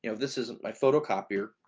you know this isn't my photocopier,